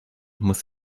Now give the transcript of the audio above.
muss